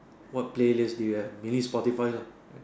what play list do you have mainly is Spotify lah